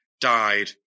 died